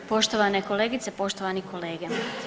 Poštovane kolegice, poštovani kolege.